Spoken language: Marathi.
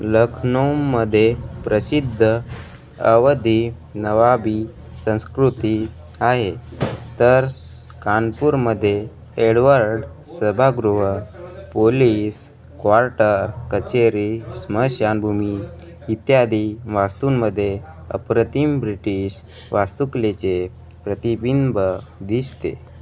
लखनौमध्ये प्रसिद्ध अवधी नवाबी संस्कृती आहे तर कानपूरमध्ये एडवर्ड सभागृह पोलीस क्वार्टर कचेरी स्मशानभूमी इत्यादी वास्तूंमध्ये अप्रतिम ब्रिटिश वास्तुकलेचे प्रतिबिंब दिसते